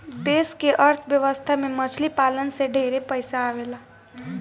देश के अर्थ व्यवस्था में मछली पालन से ढेरे पइसा आवेला